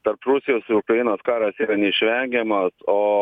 tarp rusijos ir ukrainos karas yra neišvengiamas o